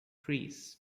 trees